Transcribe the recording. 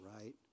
right